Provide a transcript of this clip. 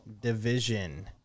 division